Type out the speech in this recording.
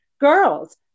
girls